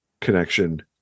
connection